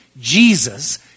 Jesus